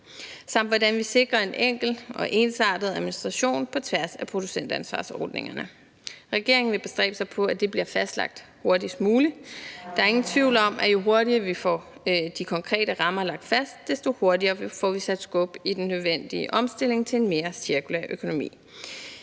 samt hvordan vi sikrer en enkel og ensartet administration på tværs af producentansvarsordningerne. Regeringen vil bestræbe sig på, at det bliver fastlagt hurtigst muligt. Der er ingen tvivl om, at jo hurtigere vi får de konkrete rammer lagt fast, desto hurtigere får vi sat skub i den nødvendige omstilling til en mere cirkulær økonomi.